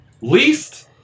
Least